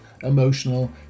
emotional